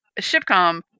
Shipcom